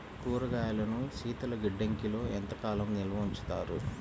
కూరగాయలను శీతలగిడ్డంగిలో ఎంత కాలం నిల్వ ఉంచుతారు?